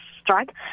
strike